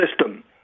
System